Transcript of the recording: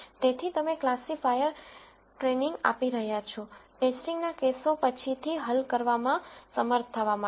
તેથી તમે classifier training આપી રહ્યા છો ટેસ્ટિંગનાં કેસો પછીથી હલ કરવામાં સમર્થ થવા માટે